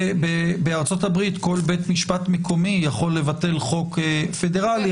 בארצות הברית כל בית משפט מקומי יכול לבטל חוק פדרלי,